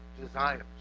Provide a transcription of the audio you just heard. desires